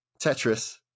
tetris